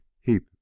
heap